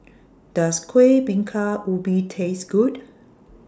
Does Kueh Bingka Ubi Taste Good